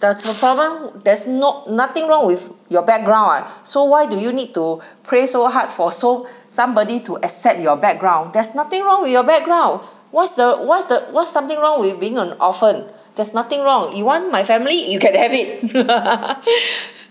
the the problem there's not nothing wrong with your background [what] so why do you need to pray so hard for so~ somebody to accept your background there's nothing wrong with your background what's the what's the what's something wrong with being an orphan there's nothing wrong you want my family you can have it